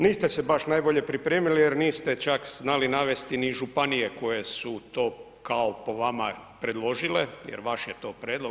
Niste se baš najbolje pripremili, jer niste čak znali navesti ni županije koje su to kao po vama predložile jer vaš je to prijedlog.